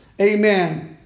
Amen